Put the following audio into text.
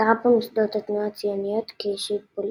הכרה במוסדות התנועה הציונית כישות פוליטית.